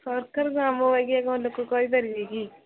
ସରକାର କ'ଣ ଆମ ଆଜ୍ଞା କ'ଣ ଦୁଃଖ କହିପାରିବେ କି